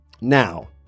Now